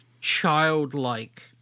childlike